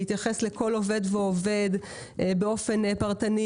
להתייחס לכל עובד ועובד באופן פרטני,